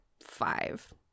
five